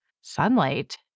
sunlight